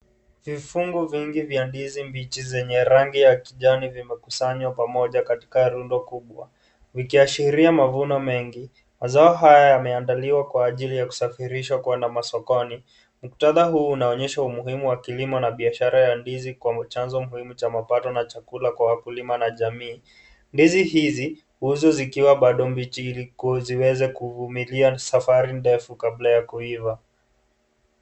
Vifungu vingi vya ndizi mbichi zenye rangi ya kijani vimekusanywa pamoja katika rundo kubwa, vikiashiria mavuno mengi, mazao haya yameandaliwa kwa ajili ya kusafirishwa kwenda masokoni, muktadha huu unaonyesha umuhimu wa kilimo na biashara ya ndizi kama chanzo muhimu cha mapato na chakula kwa wakulima na jamii, ndizi hizi huuzwa zikiwa bado mbichi ili ziweze kuvumilia safari ndefu kabla ya kuiva.